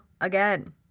Again